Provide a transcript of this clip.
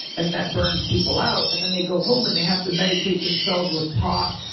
and that burns people out. and then they go home and they have to medicate themselves with pot,